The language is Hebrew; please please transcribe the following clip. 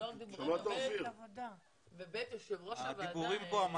הדיבורים כאן.